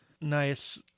nice